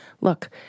look